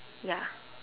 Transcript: ya